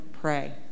pray